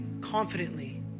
confidently